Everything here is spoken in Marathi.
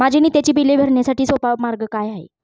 माझी नित्याची बिले भरण्यासाठी सोपा मार्ग काय आहे?